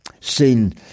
seen